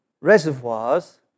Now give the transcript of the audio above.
reservoirs